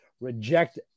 reject